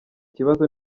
kibazo